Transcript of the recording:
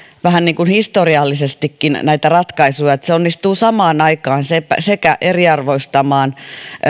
vähän niin kuin historiallisestikin näitä ratkaisuja että se onnistuu samaan aikaan sekä eriarvoistamaan